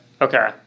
okay